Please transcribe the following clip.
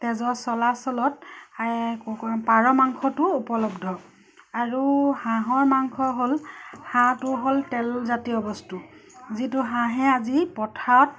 তেজৰ চলাচলত পাৰ মাংসটো উপলব্ধ আৰু হাঁহৰ মাংস হ'ল হাঁহটো হ'ল তেল জাতীয় বস্তু যিটো হাঁহে আজি পথাৰত